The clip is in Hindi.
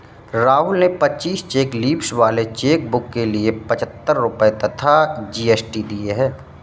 राहुल ने पच्चीस चेक लीव्स वाले चेकबुक के लिए पच्छत्तर रुपये तथा जी.एस.टी दिए